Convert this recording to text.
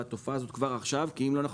בתופעה הזאת כבר עכשיו כי אם לא תעשה כן,